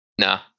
No